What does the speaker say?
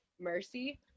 Mercy